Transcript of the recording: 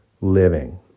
living